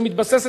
שמתבססת,